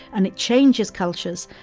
and it changes cultures,